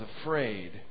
afraid